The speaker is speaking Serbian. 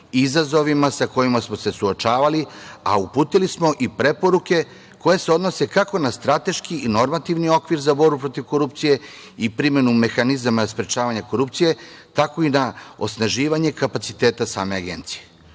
izazovima sa kojima smo se suočavali, a uputili smo i preporuke koje se odnose kako na strateški i normativni okvir za borbu protiv korupcije i primenu mehanizama za sprečavanje korupcije, tako i na osnaživanje kapaciteta same agencije.U